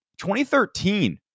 2013